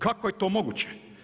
Kako je to moguće?